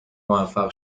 موفق